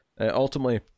ultimately